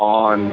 on